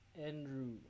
Andrew